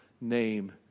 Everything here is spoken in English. name